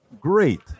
Great